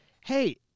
Hey